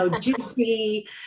juicy